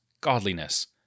godliness